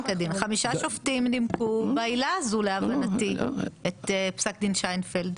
חמישה שופטים נימקו בעילה זו להבנתי את פסק דין שיינפלד.